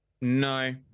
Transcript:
no